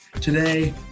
today